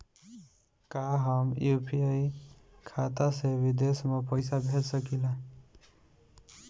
का हम यू.पी.आई खाता से विदेश म पईसा भेज सकिला?